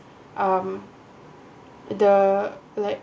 um the like